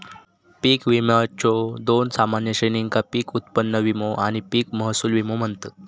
पीक विम्याच्यो दोन सामान्य श्रेणींका पीक उत्पन्न विमो आणि पीक महसूल विमो म्हणतत